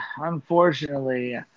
Unfortunately